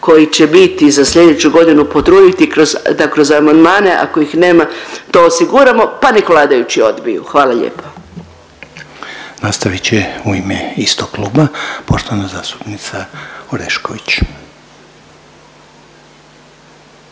koji će biti za slijedeću godinu potruditi kroz, da kroz amandmane ako ih nema to osiguramo, pa nek vladajući odbiju, hvala lijepo. **Reiner, Željko (HDZ)** Nastavit će u ime istog kluba poštovana zastupnica Orešković.